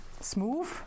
Smooth